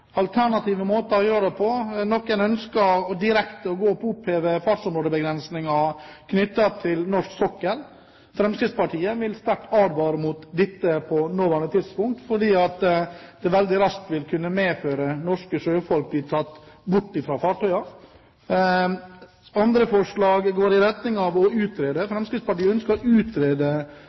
alternative tiltak, alternative måter å gjøre det på. Noen ønsker å gå direkte på å oppheve fartsområdebegrensninger knyttet til norsk sokkel. Fremskrittspartiet vil sterkt advare mot dette på det nåværende tidspunkt, fordi det veldig raskt vil kunne medføre at norske sjøfolk blir tatt bort fra fartøyene. Andre forslag går i retning av å utrede. Fremskrittspartiet ønsker å utrede